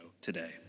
today